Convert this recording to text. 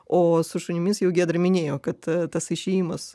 o su šunimis jau giedrė minėjo kad tas išėjimas